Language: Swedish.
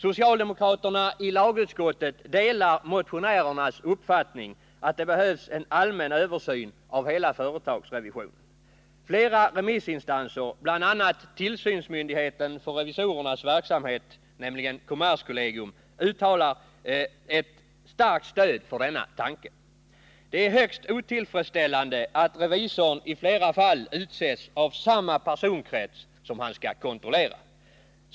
Socialdemokraterna i lagutskottet delar motionärernas uppfattning att det behövs en allmän översyn av hela företagsrevisionen. Flera remissinstanser, bl.a. tillsynsmyndigheten för revisorernas verksamhet, nämligen kommerskollegium, uttalar ett starkt stöd för denna tanke. Det är högst otillfredsställande att revisorn i flera fall utses av samma personkrets som han skall kontrollera.